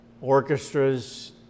orchestras